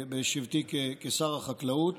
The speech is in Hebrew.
בשבתי כשר החקלאות